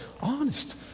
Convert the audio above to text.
Honest